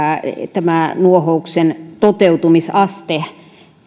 tämä nuohouksen toteutumisaste